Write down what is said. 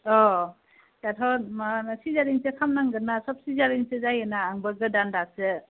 अ दाथ' माबा सिजारिनसो खामनांगोन ना सब सिजारिनसो जायोना आंबो गोदान दासो